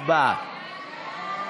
הצבעה.